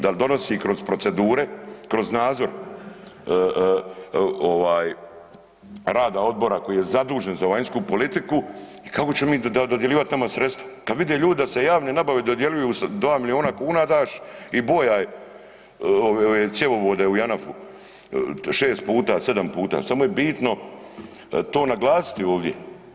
Da li donosi kroz procedure kroz nadzor, ovaj rada odbora koji je zadužen za vanjsku politiku i kako ćemo mi dodjeljivat nama sredstva kad vide ljudi da se javne nabave dodjeljuju 2 miliona kuna daš i bojaj ove cjevovode u JANAF-u 6 puta, 7 puta samo je bitno to naglasiti ovdje.